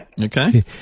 Okay